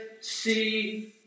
see